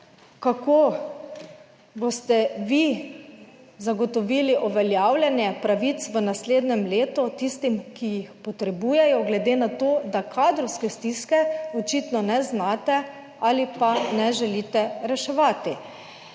kako boste vi zagotovili uveljavljanje pravic v naslednjem letu tistim, ki jih potrebujejo, glede na to, da kadrovske stiske očitno ne znate ali pa ne želite reševati